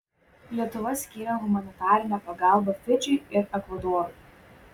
lietuva skyrė humanitarinę pagalbą fidžiui ir ekvadorui